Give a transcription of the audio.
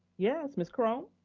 yes, ms. chrome.